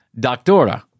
Doctora